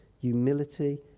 humility